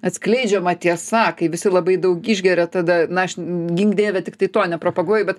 atskleidžiama tiesa kai visi labai daug išgeria tada na aš gink dieve tiktai to nepropaguoju bet